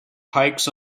hikes